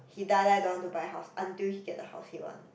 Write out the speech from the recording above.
he die die don't want to buy house until he get the house he want